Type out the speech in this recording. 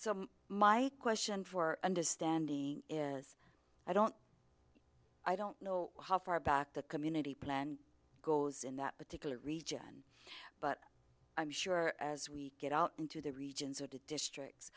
my question for understanding is i don't i don't know how far back the community plan goes in that particular region but i'm sure as we get out into the regions of the districts